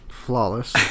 Flawless